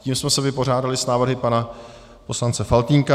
Tím jsme se vypořádali s návrhy pana poslance Faltýnka.